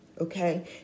Okay